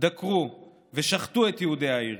דקרו ושחטו את יהודי העיר,